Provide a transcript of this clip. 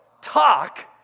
Talk